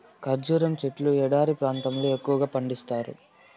ఖర్జూరం సెట్లు ఎడారి ప్రాంతాల్లో ఎక్కువగా పండిత్తారు